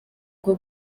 bwo